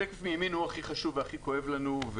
השקף מימין הוא הכי חשוב והכי כואב לנו.